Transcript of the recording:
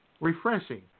Refreshing